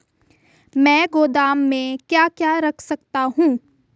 मैं गोदाम में क्या क्या रख सकता हूँ?